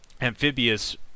amphibious